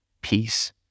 peace